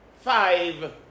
five